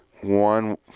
One